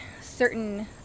certain